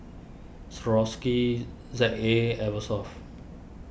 Swarovski Z A Eversoft